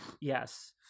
Yes